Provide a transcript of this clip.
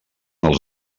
els